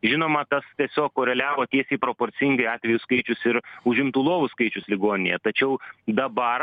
žinoma tas tiesiog koreliavo tiesiai proporcingai atvejų skaičius ir užimtų lovų skaičius ligoninėje tačiau dabar